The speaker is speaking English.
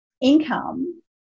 income